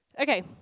Okay